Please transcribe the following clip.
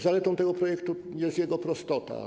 Zaletą tego projektu jest jego prostota.